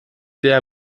der